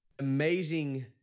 Amazing